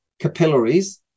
capillaries